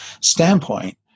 standpoint